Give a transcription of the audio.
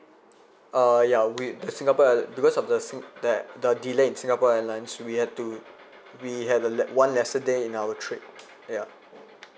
uh ya we that singapore airli~ because of the sing~ that the delay in singapore airlines we had to we had a le~ one lesser day in our trip ya